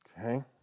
Okay